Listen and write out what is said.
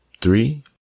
Three